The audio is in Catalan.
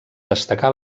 destacar